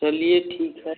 चलिए ठीक है